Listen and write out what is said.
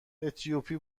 اتیوپی